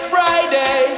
Friday